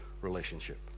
relationship